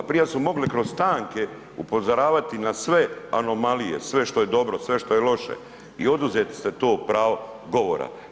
Prije su mogli kroz stanke upozoravati na sve anomalije, sve što je dobro sve što je loše i oduzeli ste to pravo govora.